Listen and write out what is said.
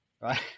right